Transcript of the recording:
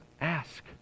Ask